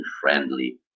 friendly